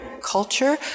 Culture